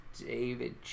David